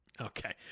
Okay